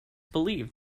believed